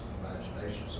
imagination